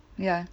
ya